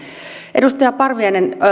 edustaja parviainen